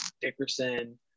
Dickerson